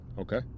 okay